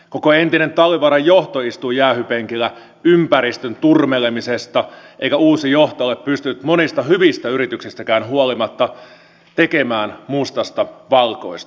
koko entinen talvivaaran johto istui jäähypenkillä ympäristön turmelemisesta eikä uusi johto ole pystynyt monista hyvistä yrityksistäkään huolimatta tekemään mustasta valkoista